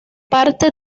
parte